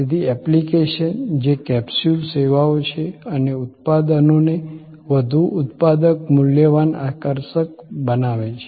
તેથી એપ્લિકેશન્સ જે કેપ્સ્યુલ સેવાઓ છે અને ઉત્પાદનોને વધુ ઉત્પાદક મૂલ્યવાન આકર્ષક બનાવે છે